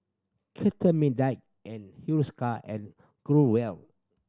Cetrimide and Hiruscar and Growell